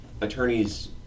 attorneys